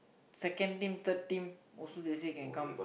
second team third team also they said can come